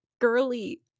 girly